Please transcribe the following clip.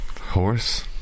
Horse